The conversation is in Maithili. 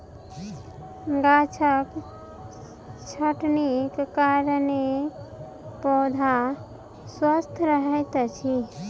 गाछक छटनीक कारणेँ पौधा स्वस्थ रहैत अछि